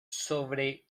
sobre